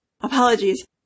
Apologies